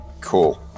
Cool